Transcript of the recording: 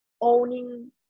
owning